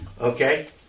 Okay